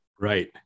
Right